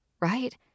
Right